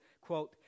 quote